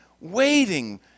waiting